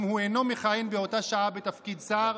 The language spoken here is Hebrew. אם הוא אינו מכהן באותה שעה בתפקיד שר,